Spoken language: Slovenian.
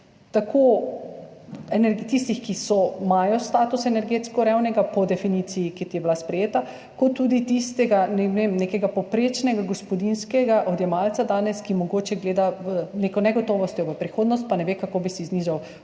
za tiste, ki imajo status energetsko revnega po definiciji, ki je bila sprejeta, kot tudi za tistega nekega današnjega povprečnega gospodinjskega odjemalca, ki mogoče gleda z neko negotovostjo v prihodnost, pa ne ve, kako bi si znižal